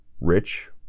rich